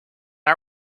our